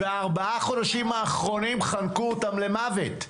ארבעת החודשים האחרונים חנקו אותם למוות.